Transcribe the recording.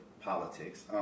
politics